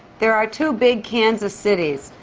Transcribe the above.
there are two big kansas cities.